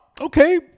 okay